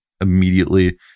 immediately